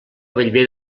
bellver